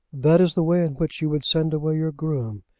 that is the way in which you would send away your groom,